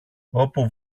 όπου